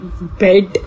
bed